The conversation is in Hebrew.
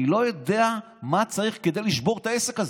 אני לא יודע מה צריך כדי לשבור את העסק הזה.